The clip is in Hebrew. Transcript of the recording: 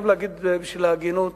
בשביל ההגינות